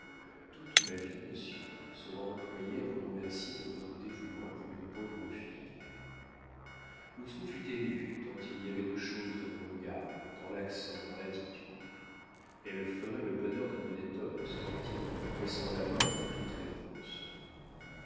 toute ma vie monsieur sera employée à vous remercier de votre dévouement pour une pauvre fille lousteau fut ému tant il y avait de choses dans le regard dans l'accent dans l'attitude elle ferait le bonheur d'un honnête homme se dit-il en lui pressant la main pour toute réponse